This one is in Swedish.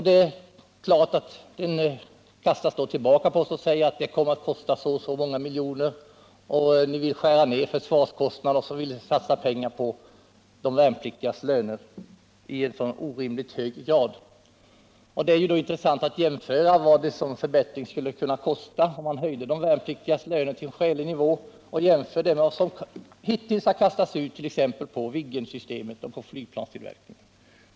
Det är klart att vårt yrkande på förbättring kastas tillbaka till oss med orden att det kommer att kosta så och så många miljoner. Ni vill skära ner försvarskostnaderna men vill i en orimligt hög grad satsa pengar på de värnpliktigas löner, sägs det. Det är då intressant att jämföra vad det skulle kosta, om man höjde de värnpliktigas löner till en skälig nivå, med vad som hittills har kastats ut på t.ex. Viggensystemet och flygplanstillverkningen.